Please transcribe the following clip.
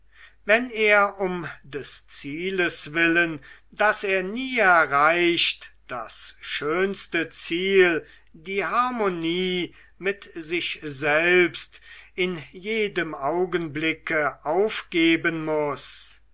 wenn er um des zieles willen das er nie erreicht das schönste ziel die harmonie mit sich selbst in jedem augenblicke aufgeben muß